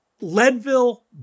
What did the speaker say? Leadville